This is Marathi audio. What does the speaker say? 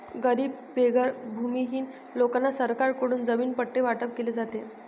गरीब बेघर भूमिहीन लोकांना सरकारकडून जमीन पट्टे वाटप केले जाते